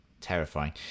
Terrifying